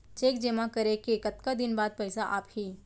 Cheque जेमा करें के कतका दिन बाद पइसा आप ही?